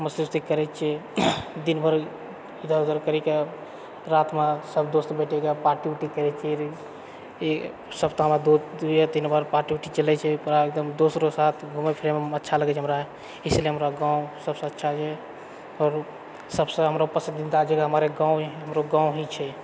मस्ती वस्ती करैत छिऐ दिनभर इधर उधर करिके रातमे सबदोस्त बैठिके पार्टी वार्टी करैत छिये एक सप्ताहमे दो या तीन बार पार्टी वार्टी चलैत छै बड़ा एकदम दोस्तलोग केसाथ घुमय फिरयमे अच्छा लगैत छेै हमरा इसलिए हमर गाँव सबसँ अच्छा जे आओर सबसँ हमर पसन्दीदा जगह हमर गाँव हमरो गाँव ही छै